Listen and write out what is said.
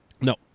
No